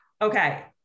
okay